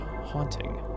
haunting